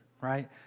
right